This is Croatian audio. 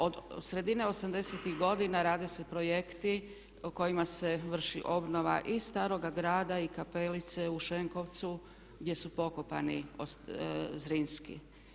Od sredine '80.-tih godina rade se projekti kojima se vrši obnova i staroga grada i kapelice u Šenkovcu gdje su pokopani Zrinski.